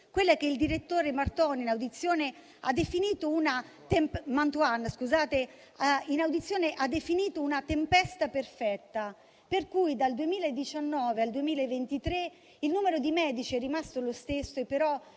quella che il direttore Mantoan in audizione ha definito una tempesta perfetta, per cui dal 2019 al 2023 il numero di medici è rimasto lo stesso, ma